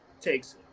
Takes